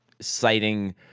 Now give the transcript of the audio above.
citing